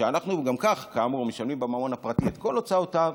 שאנחנו גם כך כאמור משלמים במעון הפרטי את כל הוצאותיו,